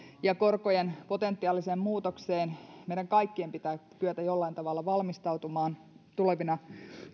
ja korkojen potentiaaliseen muutokseen meidän kaikkien pitää kyetä jollain tavalla valmistautumaan tulevina